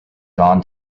don